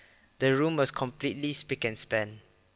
the room was completely spick and span